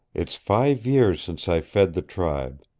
it's five years since i fed the tribe.